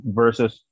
versus